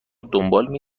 دنبال